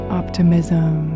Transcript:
optimism